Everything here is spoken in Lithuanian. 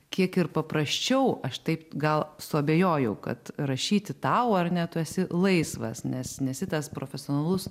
kiek ir paprasčiau aš taip gal suabejojau kad rašyti tau ar ne tu esi laisvas nes nesi tas profesionalus